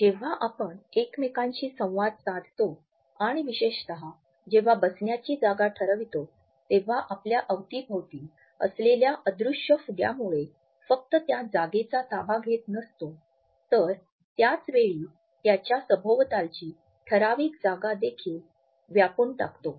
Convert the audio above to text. जेव्हा आपण एकमेकांशी संवाद साधतो आणि विशेषत जेव्हा बसण्याची जागा ठरवितो तेव्हा आपल्या अवतीभोवती असलेल्या अदृश्य फुग्यामुळे फक्त त्या जागेचा ताबा घेत नसतो तर त्याच वेळी त्याच्या सभोवतालची ठराविक जागा देखील व्यापून टाकतो